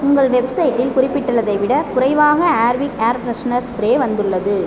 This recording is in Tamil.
உங்கள் வெப்சைட்டில் குறிப்பிட்டுள்ளதை விடக் குறைவாக ஏர்விக் ஏர் ஃபிரஷனர் ஸ்ப்ரே வந்துள்ளது